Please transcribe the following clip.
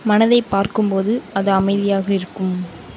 மனதை பார்க்கும் போது அது அமைதியாக இருக்கும்